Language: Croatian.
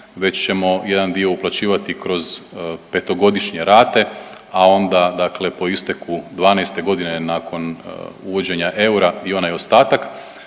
već ćemo jedan dio uplaćivati kroz petogodišnje rate, a onda dakle po isteku dvanaeste godine nakon uvođenja eura i onaj ostatak.